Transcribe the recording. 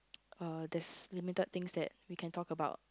uh there's limited things that we can talk about